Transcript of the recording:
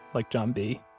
like john b